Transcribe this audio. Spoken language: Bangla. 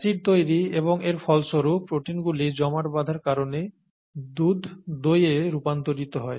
অ্যাসিড তৈরি এবং এর ফলস্বরূপ প্রোটিনগুলি জমাট বাধার কারণে দুধ দইয়ে রূপান্তরিত হয়